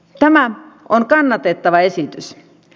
tämä on kannatettava esitys